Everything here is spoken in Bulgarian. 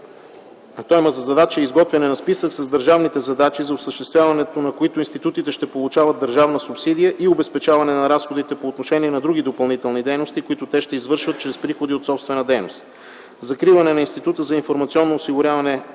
Той има за задача изготвяне на списък с държавните задачи, за осъществяването на които институтите ще получават държавна субсидия и обезпечаване на разходите по отношение на други допълнителни дейности, които те ще извършват чрез приходи от собствена дейност; - закриване на Института за информационно осигуряване